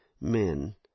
men